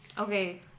Okay